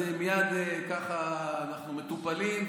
מייד אנחנו מטופלים,